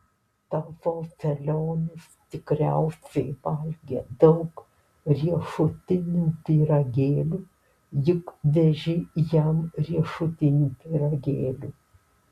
tavo velionis tikriausiai valgė daug riešutinių pyragėlių juk veži jam riešutinių pyragėlių